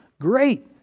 Great